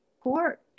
court